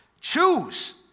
Choose